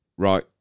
Right